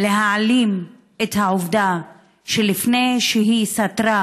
להעלים את העובדה שלפני שהיא סטרה